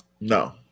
No